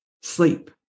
sleep